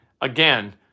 again